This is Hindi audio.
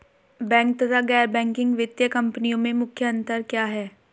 बैंक तथा गैर बैंकिंग वित्तीय कंपनियों में मुख्य अंतर क्या है?